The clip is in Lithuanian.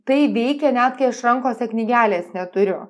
tai veikia net kai aš rankose knygelės neturiu